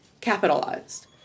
capitalized